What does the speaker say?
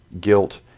guilt